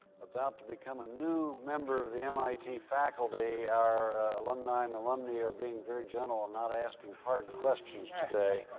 about to become a new member of the mit faculty, our alumni and alumnae are being very gentle and not asking hard questions today.